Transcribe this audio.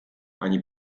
ani